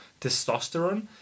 testosterone